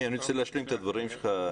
אני רוצה להשלים את הדברים שלך.